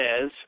says